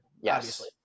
Yes